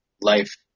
life